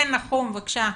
כן נחום בבקשה.